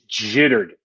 jittered